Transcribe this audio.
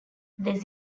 this